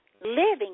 Living